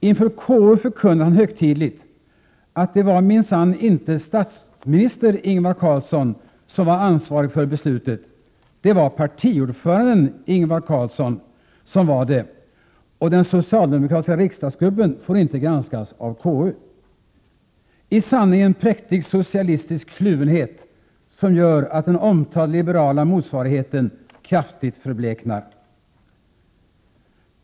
Inför KU förkunnade han högtidligt att det minsann inte ” var statsminister Ingvar Carlsson som var ansvarig för beslutet, det var partiordföranden Ingvar Carlsson som var det, och den socialdemokratiska riksdagsgruppen får inte granskas av KU — i sanning en präktig socialistisk kluvenhet, som gör att den omtalade liberala motsvarigheten kraftigt förbleknar.